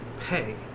pay